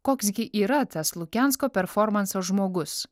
koks gi yra tas lukensko performanso žmogus